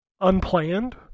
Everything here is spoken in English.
Unplanned